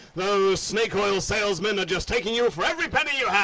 those snake oil salesmen are just taking you for every penny you